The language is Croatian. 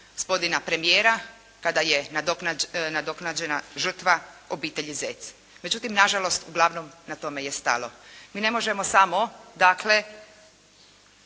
gospodina premijera kada je nadoknađena žrtva obitelji Zec. Međutim, na žalost, uglavnom na tome je stalo. Mi ne možemo samo dakle